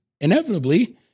inevitably